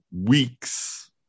weeks